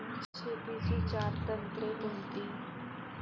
शेतीची चार तंत्रे कोणती?